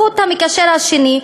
החוט המקשר השני,